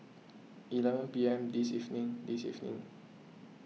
eleven P M this evening this evening